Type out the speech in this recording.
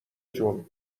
جون